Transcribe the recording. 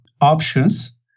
options